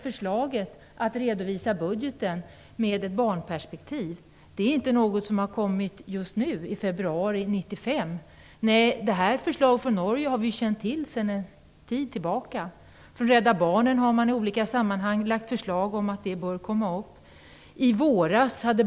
Förslaget att redovisa budgeten med ett barnperspektiv är inte något som har kommit just nu i februari 1995. Nej, det här i Norge har vi känt till sedan en tid tillbaka. Rädda barnen har i olika sammanhang lagt fram förslag om att detta bör komma upp.